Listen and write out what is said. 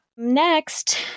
Next